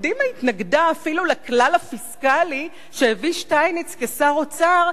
קדימה התנגדה אפילו לכלל הפיסקלי שהביא שטייניץ כשר האוצר,